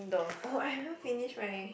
oh I haven't finished mine